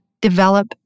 develop